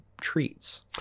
treats